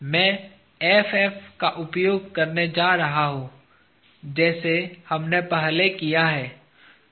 मैं FF का उपयोग करने जा रहा हूँ जैसे हमने पहले किया है